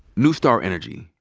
new star energy,